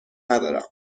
ندارم